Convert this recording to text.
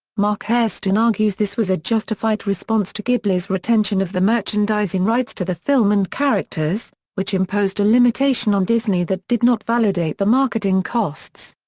marc hairston argues this was a justified response to ghibli's retention of the merchandising rights to the film and characters, which imposed a limitation on disney that did not validate the marketing costs.